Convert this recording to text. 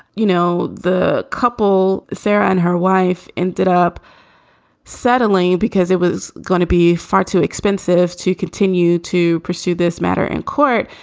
you know, the couple, sarah and her wife ended up sadly because it was going to be far too expensive to continue to pursue this matter in court.